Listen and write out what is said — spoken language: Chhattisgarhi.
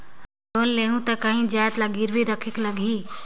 लोन लेहूं ता काहीं जाएत ला गिरवी रखेक लगही?